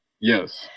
Yes